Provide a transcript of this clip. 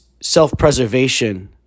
self-preservation